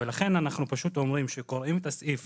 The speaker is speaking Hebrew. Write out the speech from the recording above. לכן אנחנו פשוט אומרים שקוראים את הסעיף